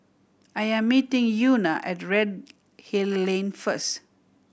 I am meeting Euna at Redhill Lane first